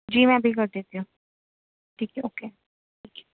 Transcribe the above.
جی میں ابھی کر دیتی ہوں ٹھیک ہے اوکے اوکے